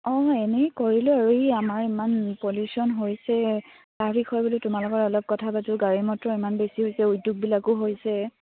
অঁ এনেই কৰিলোঁ আৰু এই আমাৰ ইমান পলিউশ্যন হৈছে তাৰ বিষয় বুলি তোমালোকৰ অলপ কথা পাতোঁ গাড়ী মটৰ ইমান বেছি হৈছে উদ্যোগবিলাকো হৈছে